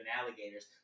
alligators